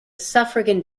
suffragan